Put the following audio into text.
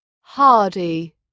hardy